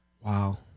Wow